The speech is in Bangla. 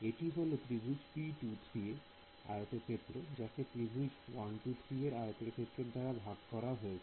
এটি হলো ত্রিভুজ P23 র আয়তক্ষেত্র যাকে ত্রিভুজ 123 এর আয়তক্ষেত্র দাঁড়া ভাগ করা হয়েছে